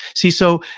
see, so,